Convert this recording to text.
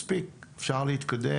מספיק, אפשר להתקדם.